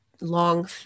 long